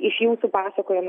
iš jūsų pasakojimo